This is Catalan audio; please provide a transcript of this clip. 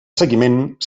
seguiment